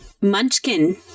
Munchkin